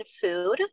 food